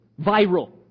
viral